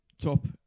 top